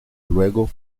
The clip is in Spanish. luego